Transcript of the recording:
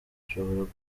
bishobora